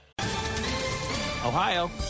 Ohio